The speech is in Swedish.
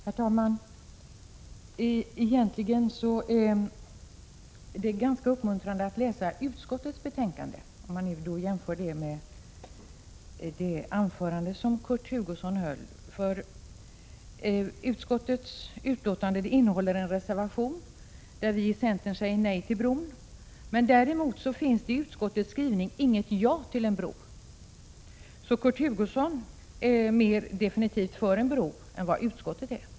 Herr talman! Egentligen är det ganska uppmuntrande att läsa utskottets betänkande, om man jämför det med det anförande som Kurt Hugosson höll. Utskottets utlåtande innehåller en reservation, där vi i centern säger nej till bron. Däremot finns i utskottets skrivning inget ja till en bro. Kurt Hugosson är mer definitivt för en bro än vad utskottet är.